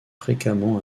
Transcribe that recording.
fréquemment